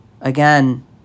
again